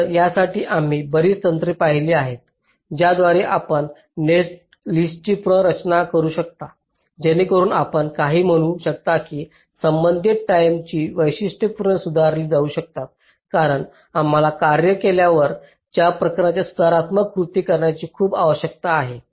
तर यासह आम्ही बरीच तंत्रे पाहिली आहेत ज्याद्वारे आपण नेटलिस्टची पुनर्रचना करू शकता जेणेकरून आपण काही म्हणू शकता की संबंधित टाईमची वैशिष्ट्ये सुधारली जाऊ शकतात कारण आम्हाला कार्य केल्यावर या प्रकारच्या सुधारात्मक कृती करण्याची खूप आवश्यकता आहे